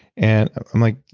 and i'm like,